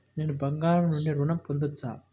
నేను బంగారం నుండి ఋణం పొందవచ్చా?